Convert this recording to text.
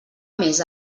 més